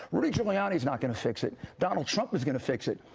rudy giuliani is not going to fix it. donald trump is going to fix it.